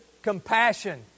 Compassion